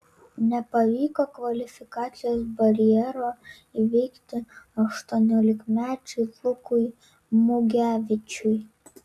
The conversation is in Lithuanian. nepavyko kvalifikacijos barjero įveikti aštuoniolikmečiui lukui mugevičiui